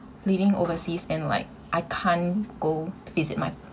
living overseas and like I can't go visit my